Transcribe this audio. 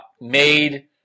made